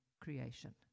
creation